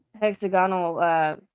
Hexagonal